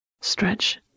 stretch